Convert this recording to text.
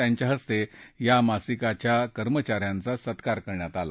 त्यांच्या हस्ते या मासिकाच्या कर्मचा यांचा सत्कार करण्यात आला